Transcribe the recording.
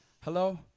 Hello